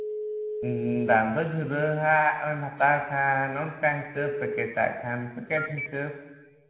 ᱫᱟᱱ ᱫᱚ ᱡᱷᱩᱨᱟᱹᱣᱟᱜ ᱵᱮᱱ ᱦᱟᱛᱟᱣ ᱠᱷᱟᱱ ᱚᱱᱠᱟ ᱦᱤᱥᱟᱹᱵ ᱯᱮᱠᱮᱴᱟᱜ ᱠᱷᱟᱱ ᱯᱮᱠᱮᱴ ᱦᱤᱥᱟᱹᱵ